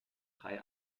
drei